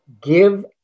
Give